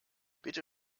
bitte